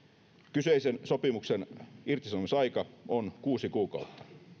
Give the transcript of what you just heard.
kyseisen sopimuksen irtisanomisaika on kuusi kuukautta